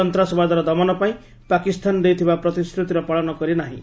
ସନ୍ତାସବାଦର ଦମନ ପାଇଁ ପାକିସ୍ତାନ ଦେଇଥିବା ପ୍ରତିଶ୍ରତିର ପାଳନ କରି ନାହିଁ